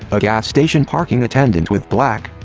a gas station parking attendant with black,